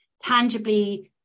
tangibly